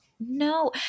No